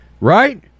Right